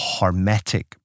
hermetic